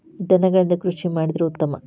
ದನಗಳಿಂದ ಕೃಷಿ ಮಾಡಿದ್ರೆ ಉತ್ತಮ